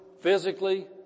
physically